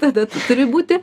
tada turi būti